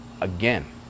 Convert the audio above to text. again